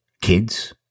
kids